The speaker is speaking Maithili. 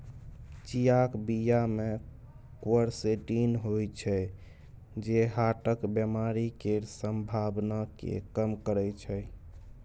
चियाक बीया मे क्वरसेटीन होइ छै जे हार्टक बेमारी केर संभाबना केँ कम करय छै